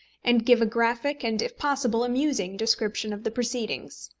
and give a graphic and, if possible, amusing description of the proceedings.